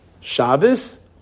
Shabbos